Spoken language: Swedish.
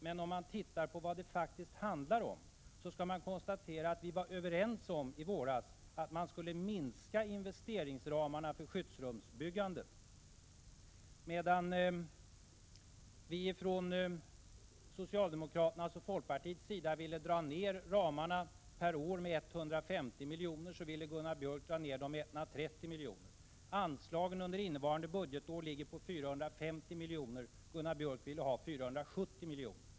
Men om man tittar på vad det faktiskt handlar om, kan man konstatera att vi i våras var överens om att minska investeringsramarna för skyddsrumsbyggandet. Medan socialdemokraterna och folkpartiet ville dra ner ramarna per år med 150 milj.kr. ville Gunnar Björk och hans parti dra ner dem med 130 milj.kr. Anslaget under | innevarande budgetår ligger på 450 miljoner. Gunnar Björk ville ha 470 miljoner.